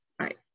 Right